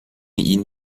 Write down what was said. ihn